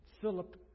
Philip